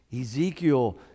Ezekiel